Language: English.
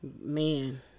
Man